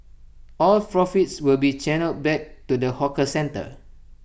all profits will be channelled back to the hawker centre